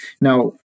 Now